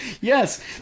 yes